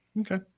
Okay